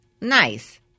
Nice